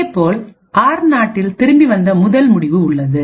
அதேபோல் ஆர்0 இல் திரும்பி வந்த முதல் முடிவு உள்ளது